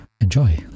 Enjoy